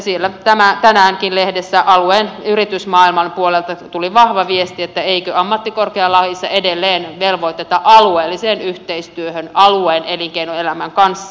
siellä tänäänkin lehdessä alueen yritysmaailman puolelta tuli vahva viesti että eikö ammattikorkeakoululaissa edelleen velvoiteta alueelliseen yhteistyöhön alueen elinkeinoelämän kanssa